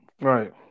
Right